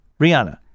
Rihanna